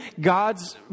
God's